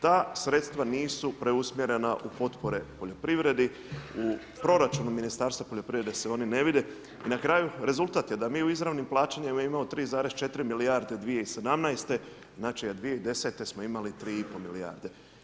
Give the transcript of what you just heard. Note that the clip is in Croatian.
Ta sredstva nisu preusmjerena u potpore poljoprivredi, u proračunu Ministarstva poljoprivrede se oni ne vide i na kraju, rezultat je da mi u izravnom plaćanju imamo 3,4 milijarde 2017., znači a 2010. smo imali 3,5 milijarde.